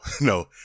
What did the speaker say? no